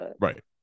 Right